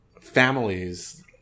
families